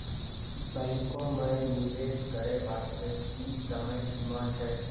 बैंको माई निवेश करे बास्ते की समय सीमा छै?